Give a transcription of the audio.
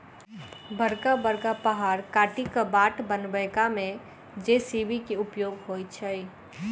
बड़का बड़का पहाड़ काटि क बाट बनयबा मे जे.सी.बी के उपयोग होइत छै